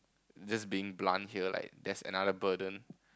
just being blunt here like there's another burden